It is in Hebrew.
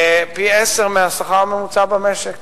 פי-עשרה מהשכר הממוצע במשק.